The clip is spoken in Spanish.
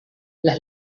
las